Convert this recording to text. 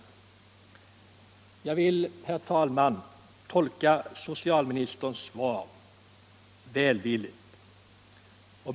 Jag vill, herr talman, tolka socialministerns svar välvilligt.